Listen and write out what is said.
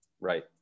Right